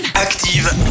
Active